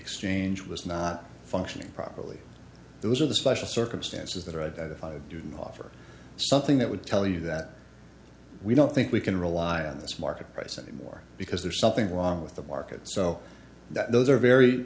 exchange was not functioning properly those are the special circumstances that are a do offer something that would tell you that we don't think we can rely on this market price anymore because there's something wrong with the market so that those are very